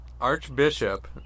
Archbishop